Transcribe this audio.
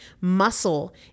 Muscle